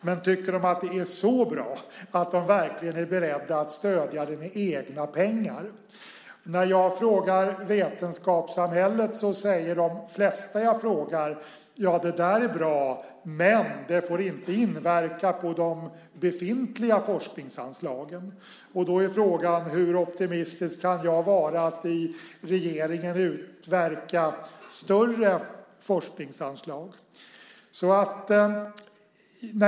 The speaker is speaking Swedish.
Men tycker de att det är så bra att de verkligen är beredda att stödja det med egna pengar? När jag frågar vetenskapssamhället säger de flesta jag frågar: Det där är bra, men det får inte inverka på de befintliga forskningsanslagen. Då är frågan hur optimistisk jag kan vara att i regeringen utverka större forskningsanslag.